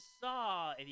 Saw